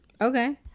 Okay